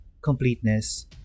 completeness